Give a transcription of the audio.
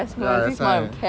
ya that's why